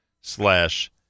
slash